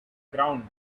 ground